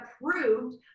approved